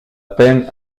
peine